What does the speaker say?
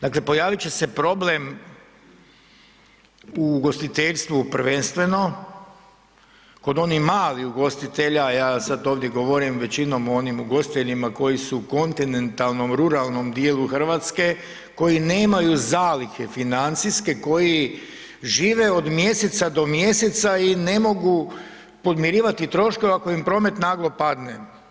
Dakle, pojavit će se problem u ugostiteljstvu prvenstveno kod onih malih ugostitelja, ja sam ovdje govorim većinom o onim ugostiteljima koji su u kontinentalnom, ruralnom dijelu Hrvatske koji nemaju zalihe financijske koji žive od mjeseca do mjeseca i ne mogu podmirivati troškove ako im promet naglo padne.